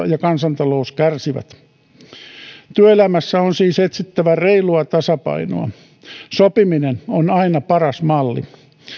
ja kansantalous kärsii työelämässä on siis etsittävä reilua tasapainoa sopiminen on aina paras malli